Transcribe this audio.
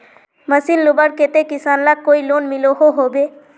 Machine लुबार केते किसान लाक कोई लोन मिलोहो होबे?